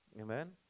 Amen